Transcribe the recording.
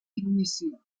ignició